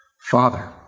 Father